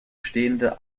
stehende